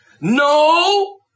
No